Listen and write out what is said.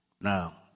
now